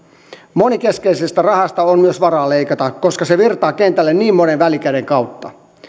monenkeskisestä rahasta on myös varaa leikata koska se virtaa kentälle niin monen välikäden kautta